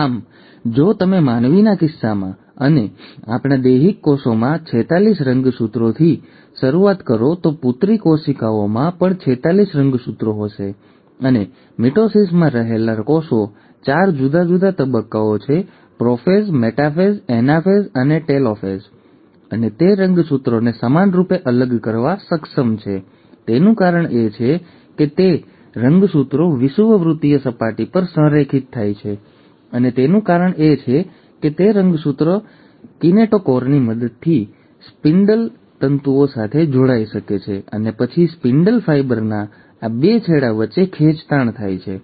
આમ જો તમે માનવીના કિસ્સામાં અને આપણા દૈહિક કોષોમાં ૪૬ રંગસૂત્રોથી શરૂઆત કરો તો પુત્રી કોશિકાઓમાં પણ ૪૬ રંગસૂત્રો હશે અને મિટોસિસમાં રહેલા કોષો ચાર જુદા જુદા તબક્કાઓ છે પ્રોફેઝ મેટાફેઝ એનાફેઝ અને ટેલોફાસ અને તે રંગસૂત્રોને સમાનરૂપે અલગ કરવા સક્ષમ છે તેનું કારણ એ છે કે રંગસૂત્રો વિષુવવૃત્તીય સપાટી પર સંરેખિત થાય છે અને તેનું કારણ એ છે કે રંગસૂત્રો કિનેટોકોરની મદદથી સ્પિન્ડલ તંતુઓ સાથે જોડાઈ શકે છે અને પછી સ્પિન્ડલ ફાઇબરના બે છેડા વચ્ચે ખેંચતાણ થાય છે